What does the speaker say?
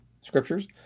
Scriptures